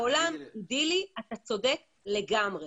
בעולם אידילי, אתה צודק לגמרי.